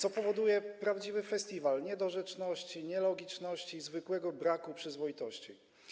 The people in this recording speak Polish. To powoduje prawdziwy festiwal niedorzeczności, nielogiczności, zwykłego braku przyzwoitości.